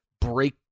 break